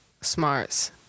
smarts